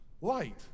light